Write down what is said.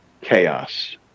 chaos